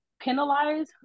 penalized